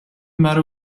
matter